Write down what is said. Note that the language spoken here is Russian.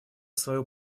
свою